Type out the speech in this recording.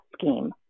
scheme